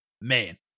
man